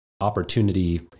opportunity